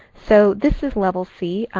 so this is level c.